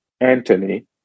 Anthony